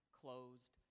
closed